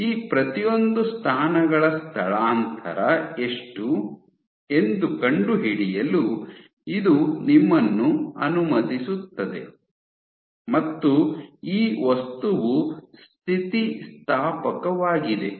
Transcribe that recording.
ಈ ಪ್ರತಿಯೊಂದು ಸ್ಥಾನಗಳ ಸ್ಥಳಾಂತರ ಎಷ್ಟು ಎಂದು ಕಂಡುಹಿಡಿಯಲು ಇದು ನಿಮ್ಮನ್ನು ಅನುಮತಿಸುತ್ತದೆ ಮತ್ತು ಈ ವಸ್ತುವು ಸ್ಥಿತಿಸ್ಥಾಪಕವಾಗಿದೆ